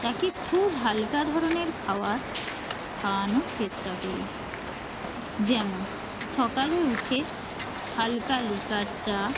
তাকে খুব হালকা ধরনের খাওয়ার খাওয়ানোর চেষ্টা করি যেমন সকালে উঠে হালকা লিকার চা